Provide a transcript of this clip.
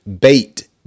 bait